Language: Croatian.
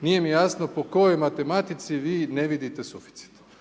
nije mi jasno po kojoj matematici vi ne vidite suficit.